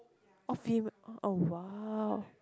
of female oh !wow!